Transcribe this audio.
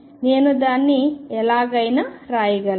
నేను దానిని ఎలాగైనా రాయగలను